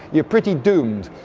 you're pretty doomed.